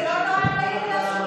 זה לא נועד להעיד עליו שום דבר רע,